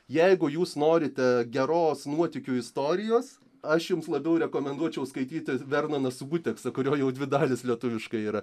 jeigu jūs norite geros nuotykių istorijos aš jums labiau rekomenduočiau skaityti vernoną subuteksą kuriuo jau dvi dalys lietuviškai yra